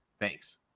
thanks